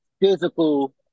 physical